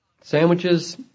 sandwiches